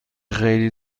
خیلی